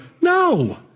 no